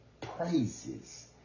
praises